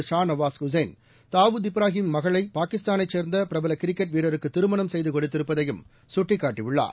ஷா நவாஸ் உசேன்ஹ தாவூத் இப்ராஹிமின் மகளை பாகிஸ்தானைச் சேர்ந்த பிரபல கிரிக்கெட் வீரருக்கு திருமணம் செய்து கொடுத்திருப்பதையும் சுட்டிக்காட்டியுள்ளார்